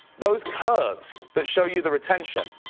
those curves that show you the retention.